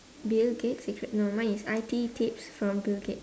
bill gates secret no mine is I_T tips from bill gate~